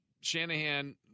Shanahan